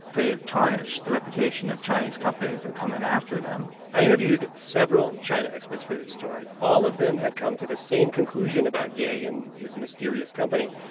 they've tarnished the reputation of chinese companies that come in after them i interviewed several china experts for this story. all of them had come to the same conclusion about ye and his mysterious company.